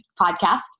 podcast